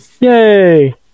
Yay